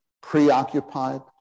preoccupied